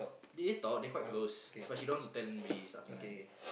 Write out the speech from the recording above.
they talk they quite close but she don't want to tell anybody this sort of thing one